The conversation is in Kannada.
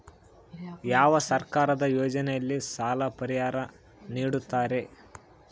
ಯಾವ ಸರ್ಕಾರದ ಯೋಜನೆಯಲ್ಲಿ ಸಾಲ ಪರಿಹಾರ ನೇಡುತ್ತಾರೆ?